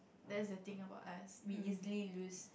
that's the thing about us we easily lose